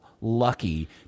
lucky